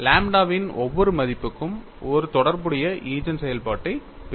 லாம்ப்டாவின் ஒவ்வொரு மதிப்புக்கும் ஒருவர் தொடர்புடைய ஈஜென் செயல்பாட்டைப் பெறுகிறார்